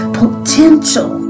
potential